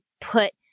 put